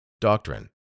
doctrine